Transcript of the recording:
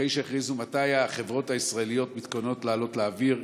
מתי החברות הישראליות מתכוונות לעלות לאוויר,